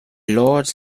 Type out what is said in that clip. lords